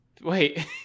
Wait